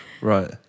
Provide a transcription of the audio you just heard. Right